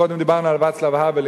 קודם דיברנו על ואצלב האוול,